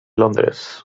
londres